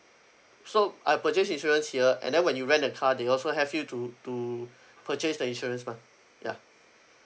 so I purchase insurance here and then when you rent a car they also have you to to purchase the insurance mah ya